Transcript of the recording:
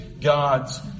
God's